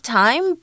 time